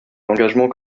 l’engagement